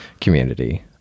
community